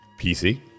PC